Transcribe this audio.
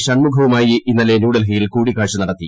ഷൺമുഖവുമായി ഇന്നലെ ന്യൂഡൽഹിയിൽ കൂടിക്കാഴ്ച നടത്തി